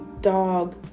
dog